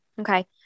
Okay